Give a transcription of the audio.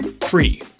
Three